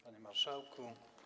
Panie Marszałku!